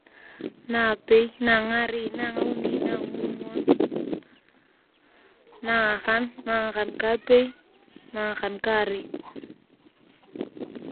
Na apei. na angarei na angauni. na ang’omwon. na angakan. na ngakan kapei. na ngakan kaarei.